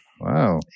Wow